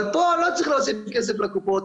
אבל פה אני לא צריך להוסיף כסף לקופות,